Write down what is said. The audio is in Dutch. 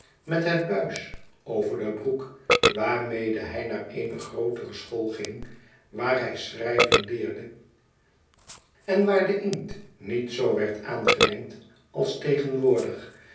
met het buis over de broek waarmede hij naar eene grootere school ging waar hij schrijven leerde en waar de inkt niet zoo werd aangelengd als